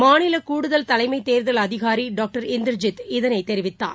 மாநிலகூடுதல் தலைமைதேர்தல் அதிகாரிடாக்டர் இந்தர்ஜீத் இதனைதெரிவித்தார்